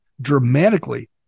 dramatically